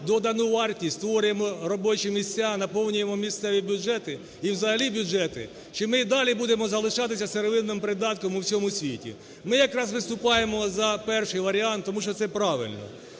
додану вартість, створюємо робочі місця, наповнюємо місцеві бюджети і взагалі бюджети, чи ми і далі будемо залишатися сировинним придатком у всьому світі. Ми якраз виступаємо за перший варіант, тому що це правильно.